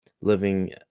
living